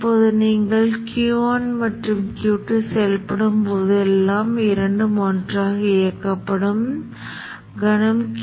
இந்த மின்தூண்டி அலையானது ஸ்விட்ச் ஆன் ஆகும் போது நாம் இரண்டாம் நிலை மின்னோட்டமாக அளவிடும் பகுதியையே உருவாக்குகிறது